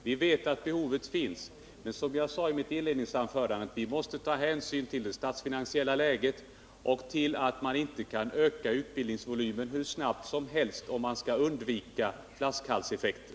Vi vet att behovet finns, men, som jag sade i mitt inledningsanförande: Vi måste ta hänsyn till det statsfinansiella läget och till att man inte kan öka utbildningsvolymen hur snabbt som helst, om man skall undvika flaskhalseffekter.